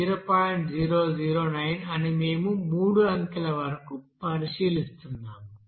009 అని మేము మూడు అంకెల వరకు పరిశీలిస్తున్నాము